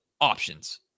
options